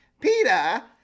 Peter